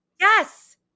Yes